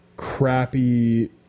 Crappy